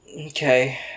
Okay